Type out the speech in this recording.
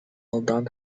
алдан